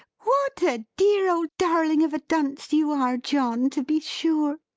what a dear old darling of a dunce you are, john, to be sure!